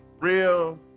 real